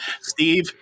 Steve